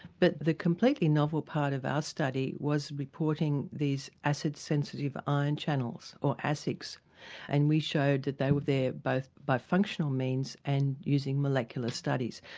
but the completely novel part of our study was reporting these acid sensitive ion channels or asics and we showed that they were there both by functional means and using molecular studies.